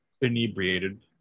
inebriated